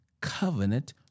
covenant